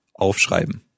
aufschreiben